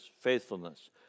faithfulness